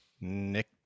Nick